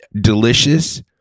delicious